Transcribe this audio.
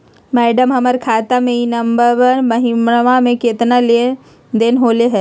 madam, हमर खाता में ई नवंबर महीनमा में केतना के लेन देन होले है